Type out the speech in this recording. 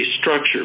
structure